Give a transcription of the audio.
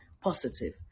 positive